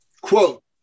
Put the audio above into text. quote